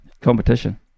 competition